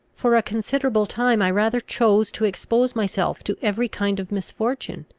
for a considerable time i rather chose to expose myself to every kind of misfortune,